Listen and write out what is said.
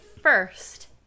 first